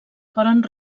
foren